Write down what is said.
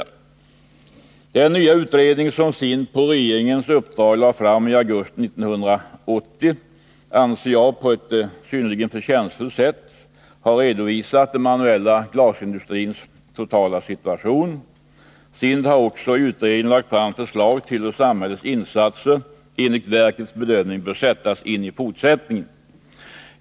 I den nya utredning som statens industriverk på regeringens uppdrag lade fram i augusti 1980 har på ett enligt min mening förtjänstfullt sätt den manuella glasindustrins totala situation ingående redovisats. SIND har också i utredningen lagt fram förslag till hur samhällets insatser enligt verkets bedömning bör sättas in i fortsättningen.